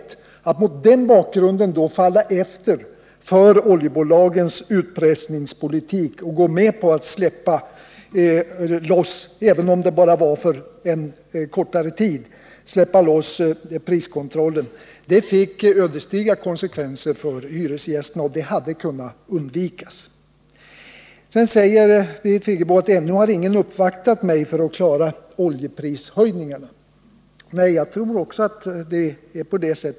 Att folkpartiregeringen mot den bakgrunden föll undan för oljebolagens utpressningspolitik och gick med på att släppa priskontrollen på olja, även om det bara var för en kortare tid, fick ödesdigra konsekvenser för hyresgästerna. Och det hade kunnat undvikas. Birgit Friggebo säger att ”ännu har ingen uppvaktat mig för att klara oljepriserna”. Nej, det tror jag.